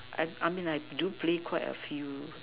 I mean like do play quite a few